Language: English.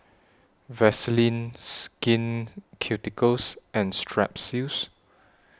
Vaselin Skin Ceuticals and Strepsils